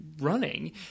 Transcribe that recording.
running